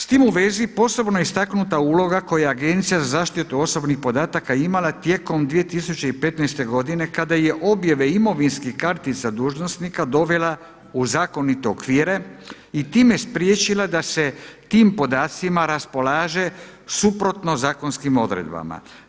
S tim u vezi posebno je istaknuta uloga koja Agencija za zaštitu osobnih podataka imala tijekom 2015. godine kada je objave imovinskih kartica dužnosnika dovela u zakonite okvire i time spriječila da se tim podacima raspolaže suprotno zakonskim odredbama.